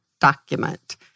document